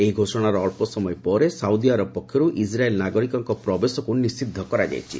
ଏହି ଘୋଷଣା ଅଳ୍ପ ସମୟ ପରେ ସାଉଦି ଆରବ ପକ୍ଷରୁ ଇସ୍ରାଏଲ୍ ନାଗରିକଙ୍କ ପ୍ରବେଶକୁ ନିଷିଦ୍ଧ କରାଯାଇଛି